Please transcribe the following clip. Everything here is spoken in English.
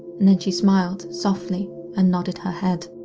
and then she smiled softly and nodded her head.